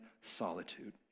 solitude